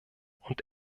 und